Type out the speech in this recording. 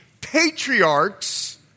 patriarchs